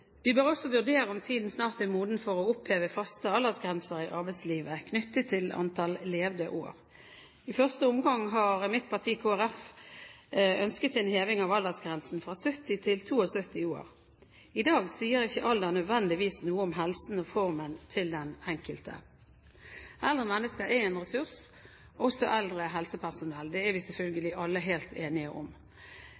Vi bør også vurdere om tiden snart er moden for å oppheve faste aldersgrenser i arbeidslivet knyttet til antall levde år. I første omgang har mitt parti, Kristelig Folkeparti, ønsket en heving av aldersgrensen fra 70 til 72 år. I dag sier ikke alder nødvendigvis noe om helsen og formen til den enkelte. Eldre mennesker er en ressurs, også eldre helsepersonell. Det er vi